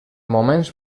moments